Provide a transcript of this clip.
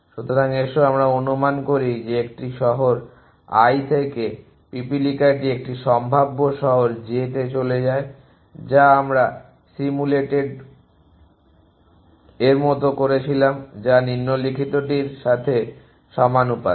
সুতরাং এসো আমরা অনুমান করি যে একটি i শহর থেকে পিপীলিকাটি একটি সম্ভাব্য শহর j তে চলে যায় যা আমরা সিমুলেটেড এর মতো করেছিলাম যা নিম্নলিখিতটির সাথে সমানুপাতিক